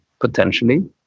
potentially